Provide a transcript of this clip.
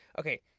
Okay